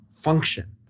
function